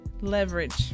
leverage